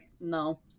No